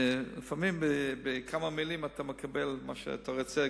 ולפעמים בכמה מלים אתה מקבל מה שאתה רוצה,